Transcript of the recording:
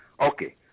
Okay